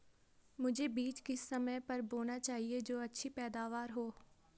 मुझे बीज किस समय पर बोना चाहिए जो अच्छी पैदावार हो?